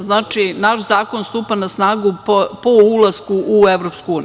Znači, naš zakon stupa na snagu po ulasku u EU.